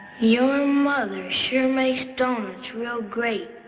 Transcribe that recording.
your mother sure makes donuts real great.